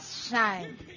shine